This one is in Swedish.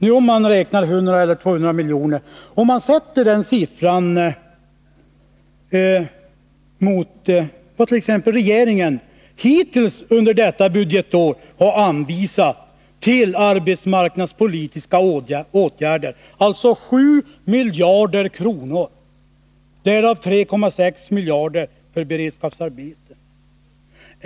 Dessa 100 eller 200 miljoner skall ställas emot att regeringen hittills under detta budgetår till arbetsmarknadspolitiska åtgärder har anvisat 7 miljarder kronor, varav 3,8 miljarder för beredskapsarbeten.